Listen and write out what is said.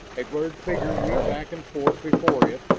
a blurred figure weaved back and forth before it,